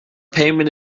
payment